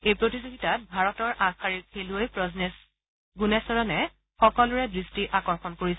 এই প্ৰতিযোগিতাত ভাৰতৰ আগশাৰীৰ খেলুৱৈ প্ৰজনেছ গুণেশ্বৰণে সকলোৰে দৃষ্টি আকৰ্ষণ কৰিছে